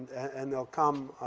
and they'll come.